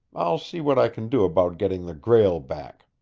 i'll see what i can do about getting the grail back.